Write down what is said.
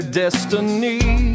destiny